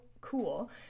cool